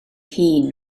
hun